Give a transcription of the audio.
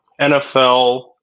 NFL